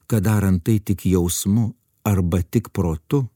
kad darant tai tik jausmu arba tik protu